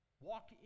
Walk